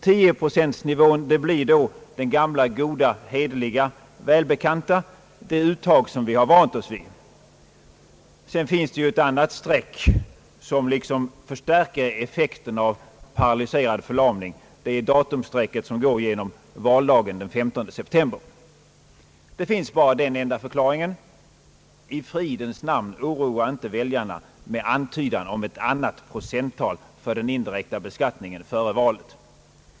10-procentsnivån den gamla goda välbekanta — blir då det uttag vi har vant oss vid. Sedan finns det ett annat streck som liksom förstärker effekten av paralyserad förlamning. Det är datumstrecket som går genom valdagen den 15 september. Det finns bara den enda förklaringen: oroa inte väljarna med antydan om ett annat procenttal för den indirekta beskattningen före valet.